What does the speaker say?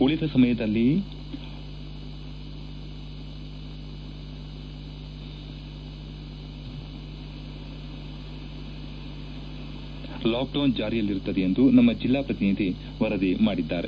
ಉಳಿದ ಸಮಯದಲ್ಲಿ ಲಾಕ್ಡೌನ್ ಜಾರಿಯಲ್ಲಿರುತ್ತದೆ ಎಂದು ನಮ್ಮ ಜಿಲ್ಲಾ ಪ್ರತಿನಿಧಿ ವರದಿ ಮಾಡಿದ್ದಾರೆ